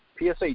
PSA